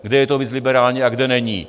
Kde je to víc liberální a kde není.